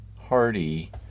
Hardy